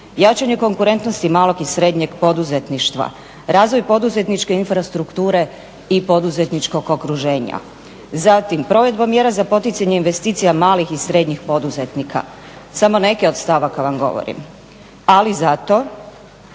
Jačanje konkurentnosti malog i srednjeg poduzetništva, razvoj poduzetničke infrastrukture i poduzetničkog okruženja. Zatim, provedba mjera za poticanje investicija malih i srednjih poduzetnika. Samo neke od stavaka vam govorim. Ali zato